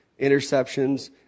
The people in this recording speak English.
interceptions